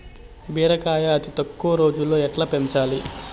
బీరకాయ అతి తక్కువ రోజుల్లో ఎట్లా పెంచాలి?